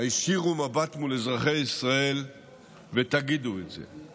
הישירו מבט מול אזרחי ישראל ותגידו את זה.